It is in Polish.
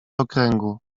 okręgu